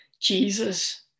Jesus